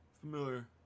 Familiar